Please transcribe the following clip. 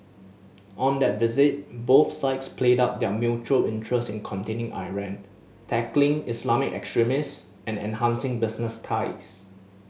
on that visit both sides played up their mutual interest in containing Iran tackling Islamic extremist and enhancing business ties